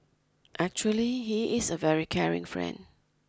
actually he is a very caring friend